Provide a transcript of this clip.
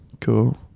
Cool